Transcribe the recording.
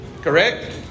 Correct